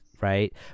right